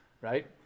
right